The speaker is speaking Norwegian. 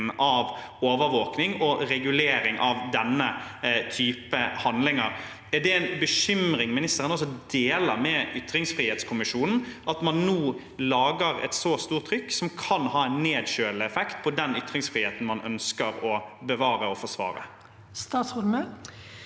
av overvåkning og regulering av denne type handlinger. Er det en bekymring ministeren også deler med ytringsfrihetskommisjonen, at man nå lager et så stort trykk, som kan ha en nedkjølende effekt på ytringsfriheten man ønsker å bevare og forsvare? Statsråd